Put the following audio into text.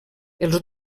els